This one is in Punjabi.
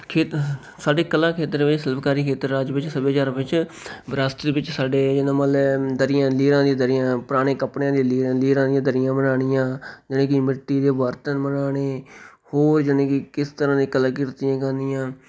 ਖੇਤ ਸਾਡੇ ਕਲਾ ਖੇਤਰ ਵਿੱਚ ਸ਼ਿਲਪਕਾਰੀ ਖੇਤਰ ਰਾਜ ਵਿੱਚ ਸੱਭਿਆਚਾਰ ਵਿੱਚ ਵਿਰਾਸਤ ਵਿੱਚ ਸਾਡੇ ਜਿੱਦਾਂ ਮਤਲਵ ਦਰੀਆਂ ਲੀਰਾਂ ਦੀਆਂ ਦਰੀਆਂ ਪੁਰਾਣੇ ਕੱਪੜਿਆਂ ਦੀਆਂ ਲੀਰਾਂ ਲੀਰਾਂ ਦੀਆਂ ਦਰੀਆਂ ਬਣਾਉਣੀਆਂ ਯਾਨੀ ਕਿ ਮਿੱਟੀ ਦੇ ਬਰਤਨ ਬਣਾਉਣੇ ਹੋਰ ਯਾਨੀ ਕਿ ਕਿਸ ਤਰ੍ਹਾਂ ਦੇ ਕਲਾਕ੍ਰਿਤੀਆਂ ਕਰਨੀਆਂ